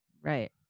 Right